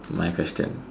my question